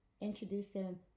introducing